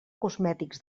cosmètics